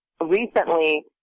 recently